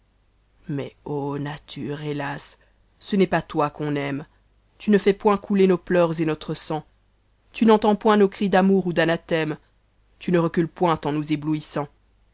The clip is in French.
mais ô nature hélas ce n'est pas toi qu'on aime tn ne fais point couler nos pleurs et notre sang tu n'entends point nos cris d'amour on d'anathème ta ne recules point en nous